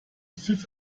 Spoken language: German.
pfiff